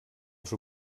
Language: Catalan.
els